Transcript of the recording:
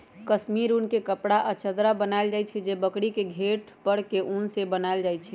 कस्मिर उन के कपड़ा आ चदरा बनायल जाइ छइ जे बकरी के घेट पर के उन से बनाएल जाइ छइ